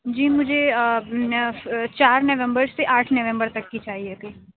جی مجھے چار نومبر سے آٹھ نومبر تک کی چاہیے تھی